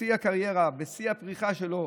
ובשיא הקריירה, בשיא הפריחה שלו,